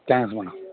thanks madam